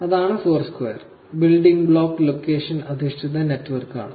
അതാണ് Foursquare building block location അധിഷ്ഠിത നെറ്റ്വർകാണ്